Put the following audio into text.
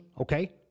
okay